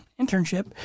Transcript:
internship